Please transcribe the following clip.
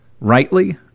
Rightly